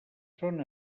són